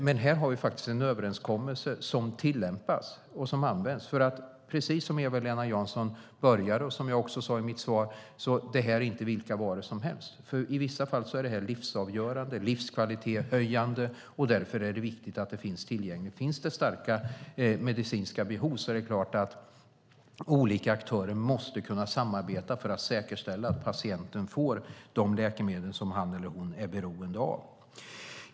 Men här har vi faktiskt en överenskommelse som tillämpas och som används. Precis som Eva-Lena Jansson började och som jag också sade i mitt svar är det här inte vilka varor som helst. I vissa fall är det här livsavgörande, livskvalitetshöjande medel och därför är det viktigt att de finns tillgängliga. Finns det starka medicinska behov är det klart att olika aktörer måste kunna samarbeta för att säkerställa att patienten får de läkemedel som han eller hon är beroende av.